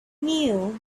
knew